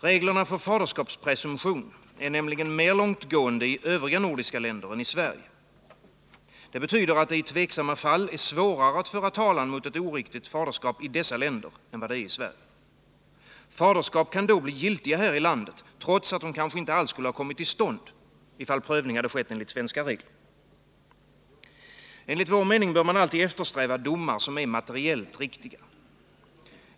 Reglerna för faderskapspresumtion är nämligen mer långtgående i övriga nordiska länder än i Sverige. Det betyder att det i tveksamma fall är svårare att föra talan mot ett oriktigt faderskap i dessa länder än i Sverige. Faderskap kan då bli giltiga här i landet, trots att de kanske inte alls skulle kommit till stånd, om prövningen skett efter svenska regler. Enligt vår mening bör man alltid eftersträva domar, som är materiellt riktiga.